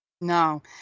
No